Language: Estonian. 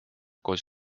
koos